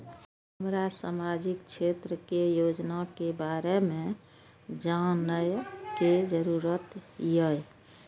हमरा सामाजिक क्षेत्र के योजना के बारे में जानय के जरुरत ये?